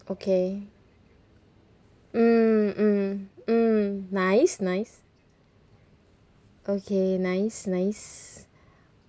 okay mm mm mm nice nice okay nice nice